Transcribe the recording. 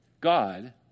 God